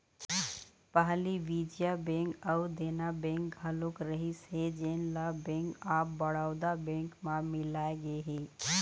पहली विजया बेंक अउ देना बेंक घलोक रहिस हे जेन ल बेंक ऑफ बड़ौदा बेंक म मिलाय गे हे